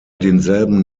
denselben